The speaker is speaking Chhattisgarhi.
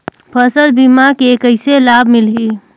फसल बीमा के कइसे लाभ मिलही?